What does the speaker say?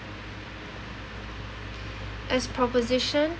as proposition